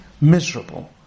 miserable